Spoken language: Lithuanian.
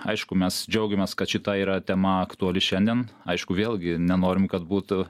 aišku mes džiaugiamės kad šita yra tema aktuali šiandien aišku vėlgi nenorim kad būtų